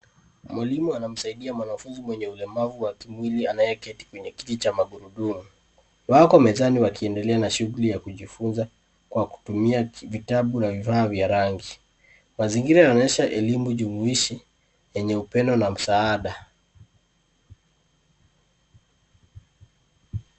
Mwalimu anamsaidia mwanafunzi mwenye ulemavu wa kimwili anayeketi kwenye kiti cha magurudumu. Wako mezani wakiendelea na shughuli ya kujifunza kwa kutumia vitabu na vifaa vya rangi. Mazingira yanaonyesha elimu jumuishi yenye upendo na msaada.